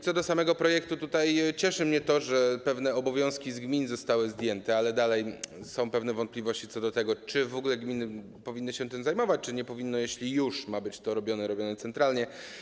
Co do samego projektu, cieszy mnie to, że pewne obowiązki gmin zostały zdjęte, ale dalej są wątpliwości co do tego, czy w ogóle gminy powinny się tym zajmować, czy nie powinny, skoro już ma to być robione centralnie.